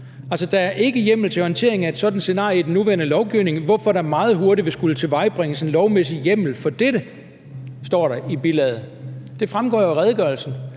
»Der er ikke hjemmel til håndtering af et sådant scenarie i den nuværende lovgivning, hvorfor der meget hurtigt vil skulle tilvejebringes en lovmæssig hjemmel for dette.« Det fremgår jo af redegørelsen.